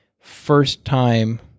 first-time